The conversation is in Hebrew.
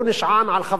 ולכן הוא לא לגיטימי.